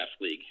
league